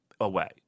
away